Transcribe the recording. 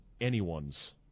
anyone's